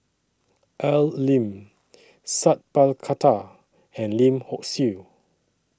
Al Lim Sat Pal Khattar and Lim Hock Siew